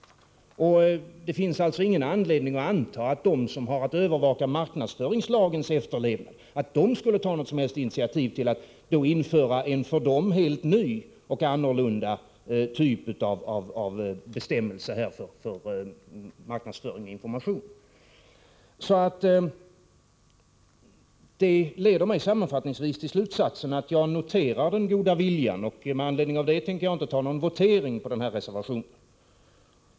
Det finns alltså ingen anledning att anta att de som har att övervaka marknadsföringslagens efterlevnad skulle ta några som helst initiativ till att införa en för dem helt ny och annorlunda typ av bestämmelse för marknadsföring och information. Detta leder mig sammanfattningvis till att notera den goda viljan. Med anledning därav tänker jag inte begära någon votering om reservationen.